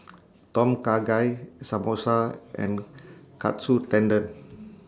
Tom Kha Gai Samosa and Katsu Tendon